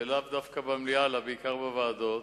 לאו דווקא במליאה אלא בעיקר בוועדות,